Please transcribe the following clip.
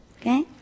okay